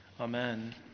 Amen